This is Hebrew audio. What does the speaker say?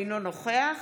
אינו נוכח